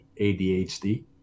adhd